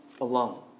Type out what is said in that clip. alone